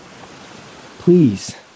Please